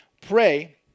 Pray